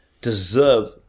deserve